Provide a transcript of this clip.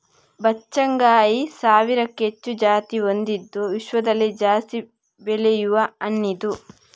ಬಚ್ಚಗಾಂಯಿ ಸಾವಿರಕ್ಕೂ ಹೆಚ್ಚು ಜಾತಿ ಹೊಂದಿದ್ದು ವಿಶ್ವದಲ್ಲಿ ಜಾಸ್ತಿ ಬೆಳೆಯುವ ಹಣ್ಣಿದು